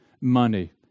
money